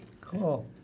Cool